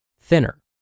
thinner